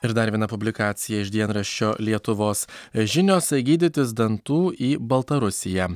ir dar viena publikacija iš dienraščio lietuvos žinios gydytis dantų į baltarusiją